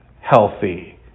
healthy